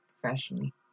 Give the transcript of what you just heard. professionally